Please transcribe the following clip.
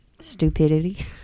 stupidity